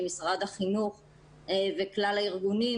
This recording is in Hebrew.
עם משרד החינוך וכלל הארגונים,